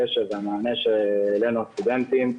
הקשב והמענה שהעלינו הסטודנטים.